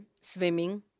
swimming